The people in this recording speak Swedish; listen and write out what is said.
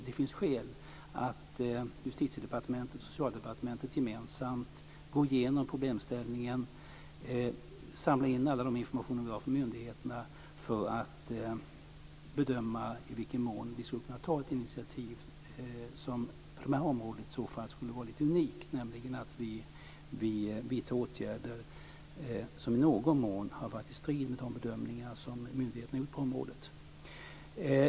Det finns skäl att Justitiedepartementet och Socialdepartementet gemensamt går igenom problemställningen och samlar in all den information vi har från myndigheterna för att bedöma i vilken mån vi skulle kunna ta ett initiativ som på detta område skulle vara lite unikt, nämligen att vi vidtar åtgärder som i någon mån är i strid med de bedömningar myndigheterna har gjort på området.